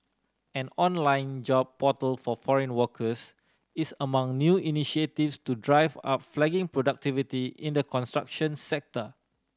an online job portal for foreign workers is among new initiatives to drive up flagging productivity in the construction sector